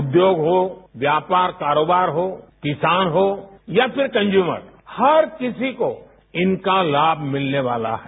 उद्योग हो व्यापार कारोबार हो किसान हो या फिर कन्ज्यूमर हर किसी को इनका लाभ मिलने वाला है